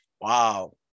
Wow